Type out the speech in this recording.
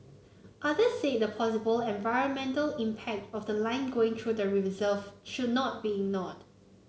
others said the possible environmental impact of the line going through the reserve should not be ignored